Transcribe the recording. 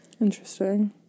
Interesting